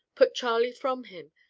put charley from him,